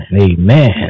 amen